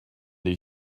they